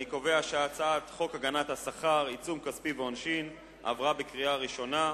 אני קובע שהצעת חוק הגנת השכר (עיצום כספי ועונשין) עברה בקריאה ראשונה,